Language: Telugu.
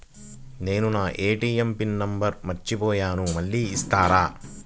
నేను నా ఏ.టీ.ఎం పిన్ నంబర్ మర్చిపోయాను మళ్ళీ ఇస్తారా?